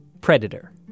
Predator